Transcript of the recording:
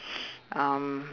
um